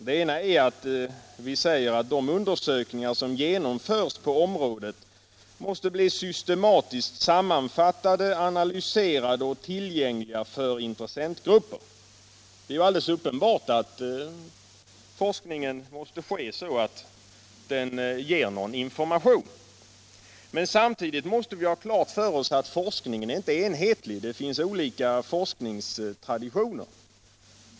Den ena är att man säger att de undersökningar som genomförs på området måste bli systematiskt sammanfattade, analyserade och tillgängliga för intressentgrupper. Det är alldeles uppenbart att forskningen måste ske så att den ger någon information. Men samtidigt måste vi ha klart för oss att forskningen inte är enhetlig. Det finns olika forskningstraditioner.